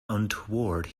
untoward